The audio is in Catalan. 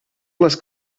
les